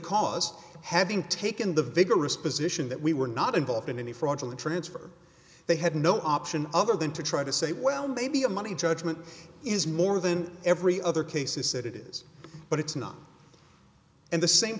cause having taken the vigorous position that we were not involved in any fraudulent transfer they had no option other than to try to say well maybe a money judgment is more than every other case is that it is but it's not in the same